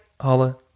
holla